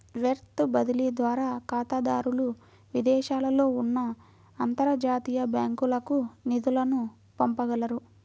wire బదిలీ ద్వారా ఖాతాదారులు విదేశాలలో ఉన్న అంతర్జాతీయ బ్యాంకులకు నిధులను పంపగలరు